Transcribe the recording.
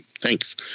Thanks